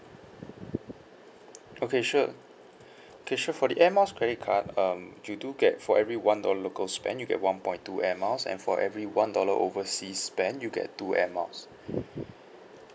okay sure okay sure for the air miles credit card um you do get for every one dollar local spent you get one point two air miles and for every one dollar overseas spent you get two air miles